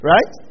Right